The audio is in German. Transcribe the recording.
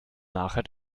nachher